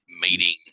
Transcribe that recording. meeting